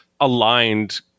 aligned